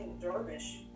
dervish